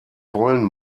wollen